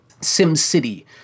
SimCity